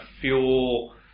fuel